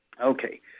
Okay